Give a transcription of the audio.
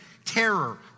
terror